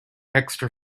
extra